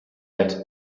yet